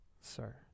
sir